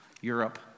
Europe